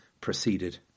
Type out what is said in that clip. proceeded